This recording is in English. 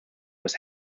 was